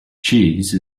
cheese